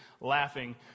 laughing